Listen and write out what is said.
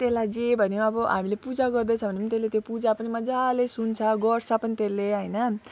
त्यसलाई जे भन्यो अब हामीले पूजा गर्दैछ भने पनि त्यसले त्यो पूजा पनि मजाले सुन्छ गर्छ पनि त्यसले हैन